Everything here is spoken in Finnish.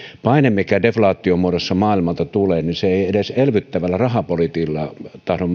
vuoksi mikä deflaation muodossa maailmalta tulee inflaatio ei edes elvyttävällä rahapolitiikalla tahdo